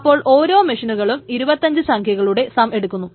അപ്പോൾ ഓരോ മെഷീനുകളും ഇരുപത്തഞ്ചു സംഖ്യകളുടെ സം എടുക്കുന്നു